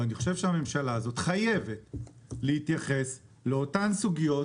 אבל אני חושב שהממשלה הזאת חייבת להתייחס לסוגיות האלה,